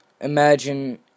Imagine